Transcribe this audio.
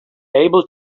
able